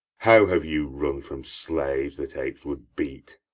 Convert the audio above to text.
how have you run from slaves that apes would beat!